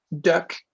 duck